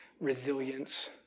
resilience